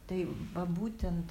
tai va būtent